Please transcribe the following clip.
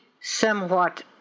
somewhat